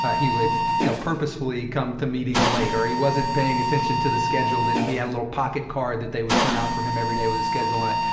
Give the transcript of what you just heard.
ah he would, you know, purposefully come to meetings late, or he wasn't paying attention to the schedule that he had a little pocket card that they would print out for him every day with his schedule on it.